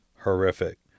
horrific